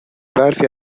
برفی